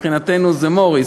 אבל מבחינתנו זה מוריס,